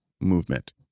Movement